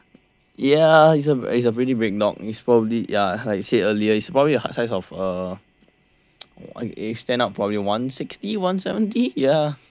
ya it's a it's a really big dog it's probably ya like I said earlier is probably a height size of uh stand up probably one sixty one seventy ya